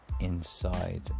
inside